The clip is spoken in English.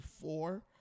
four